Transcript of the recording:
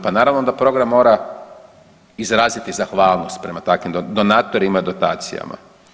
Pa naravno da program moram izraziti zahvalnost prema takvim donatorima i dotacijama.